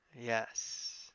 Yes